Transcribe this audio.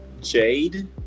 jade